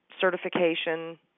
certification